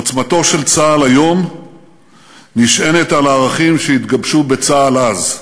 עוצמתו של צה"ל היום נשענת על ערכים שהתגבשו בצה"ל אז: